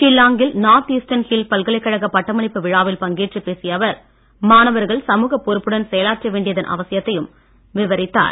ஷில்லாங்கில் North Eastern Hill பல்கலைக்கழகப் பட்டமளிப்பு விழாவில் பங்கேற்று பேசிய அவர் மாணவர்கள் சமூகப் பொறுப்புடன் செயலாற்ற வேண்டியதன் அவசியத்தையும் அவர் விவரித்தார்